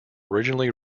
originally